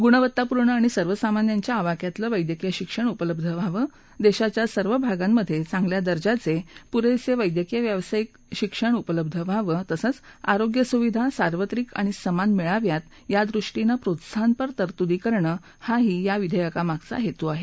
गुणवत्तापूर्ण आणि सर्वसामांन्याच्या आवाक्यातलं वैद्यकीय शिक्षण उपलब्ध व्हावं देशाच्या सर्व भागांमध चांगल्या दर्जाचे पुरेसे वैद्यकीय व्यावसायिक उपलब्ध व्हावेत तसंच आरोग्य सुविधा सार्वत्रिक आणि समान मिळाव्यात यादृष्टीनं प्रोत्साहनपर तरतूदी करणं हाही या विधेयकामागचा हेतू आहे